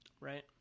right